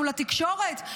מול התקשורת,